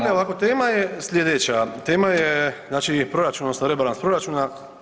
Dakle ovako, tema je slijedeća, tema je znači proračun odnosno rebalans proračuna.